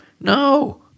No